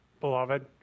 beloved